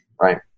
right